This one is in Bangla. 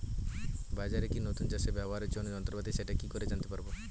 বাজারে কি নতুন চাষে ব্যবহারের জন্য যন্ত্রপাতি সেটা কি করে জানতে পারব?